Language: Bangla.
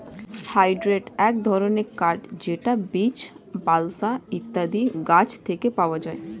হার্ডউড এক ধরনের কাঠ যেটা বীচ, বালসা ইত্যাদি গাছ থেকে পাওয়া যায়